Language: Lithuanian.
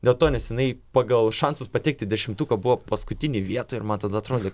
dėl to nes jinai pagal šansus patekti į dešimtuką buvo paskutinėj vietoj ir man tada atrodė